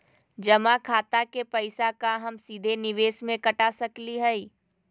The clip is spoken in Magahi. जमा खाता के पैसा का हम सीधे निवेस में कटा सकली हई?